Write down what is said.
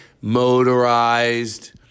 Motorized